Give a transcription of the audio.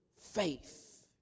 faith